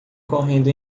correndo